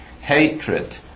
hatred